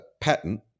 patent